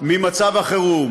ממצב החירום.